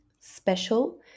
special